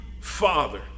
father